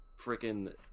freaking